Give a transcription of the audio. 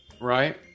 right